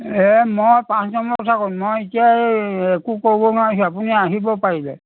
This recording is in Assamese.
এ মই পাঁচ নম্বৰত থাকোঁ মই এতিয়াই একো ক'ব নোৱাৰিছোঁ আপুনি আহিব পাৰিলে